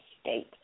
state